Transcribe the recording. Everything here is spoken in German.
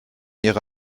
ihre